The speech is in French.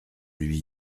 lui